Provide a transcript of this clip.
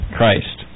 Christ